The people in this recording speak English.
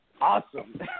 awesome